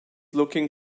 looking